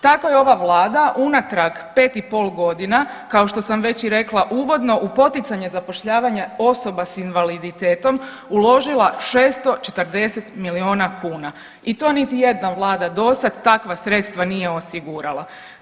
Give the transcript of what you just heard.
Tako je ova vlada unatrag 5,5 godina kao što sam već i rekla uvodno u poticanje zapošljavanja osoba s invaliditetom uložila 640 miliona kuna i to niti jedna vlada do sad takva sredstva nije osigurala.